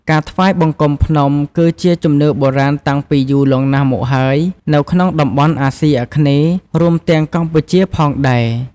ការថ្វាយបង្គំភ្នំ គឺជាជំនឿបុរាណតាំងពីយូរលង់ណាស់មកហើយនៅក្នុងតំបន់អាស៊ីអាគ្នេយ៍ រួមទាំងកម្ពុជាផងដែរ។